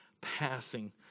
passing